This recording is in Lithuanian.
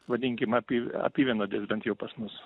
vadinkim apy apyvienodės bent jau pas mus